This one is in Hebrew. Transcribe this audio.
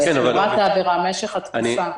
חומרת העבירה, משך התקופה.